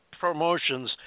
promotions